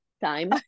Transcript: time